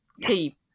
keep